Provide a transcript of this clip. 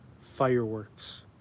fireworks